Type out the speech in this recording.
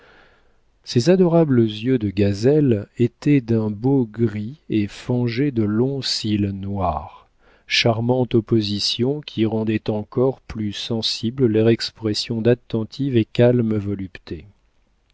ses adorables yeux de gazelle étaient d'un beau gris et frangés de longs cils noirs charmante opposition qui rendait encore plus sensible leur expression d'attentive et calme volupté